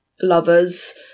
lovers